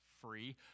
free